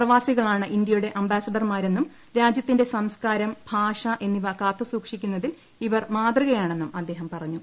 പ്രവാസികളാണ് ഇന്ത്യയുടെ അംബാസിഡർമാരെന്നും രാജ്യത്തിന്റെ സംസ്കാരം ഭാഷ എന്നിവ കാത്തുസൂക്ഷിക്കുന്നതിൽ ഇവർ മാതൃകയാണെന്നും അദ്ദേഹം പറഞ്ഞു